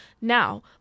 Now